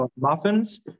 muffins